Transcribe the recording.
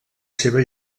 seva